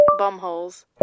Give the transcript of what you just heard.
Bumholes